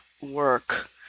work